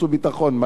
מה הרווחתם?